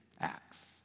acts